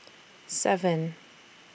seven